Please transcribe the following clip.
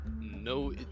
No